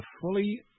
fully